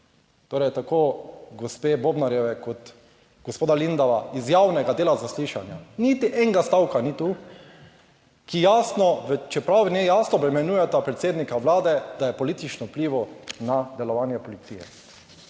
torej tako gospe Bobnarjeve kot gospoda Lindava, iz javnega dela zaslišanja, niti enega stavka ni tu, ki jasno, čeprav v njej jasno obremenjujeta predsednika Vlade, da je politično vplival na delovanje policije.